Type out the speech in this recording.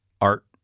art